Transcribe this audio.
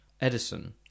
Edison